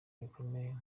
bikomeye